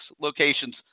locations